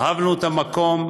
אהבנו את המקום,